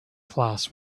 class